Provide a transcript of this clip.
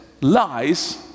lies